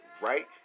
right